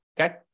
Okay